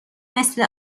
مثل